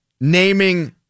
naming